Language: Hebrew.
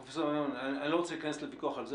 פרופ' מימון, אני לא רוצה להיכנס לוויכוח על זה.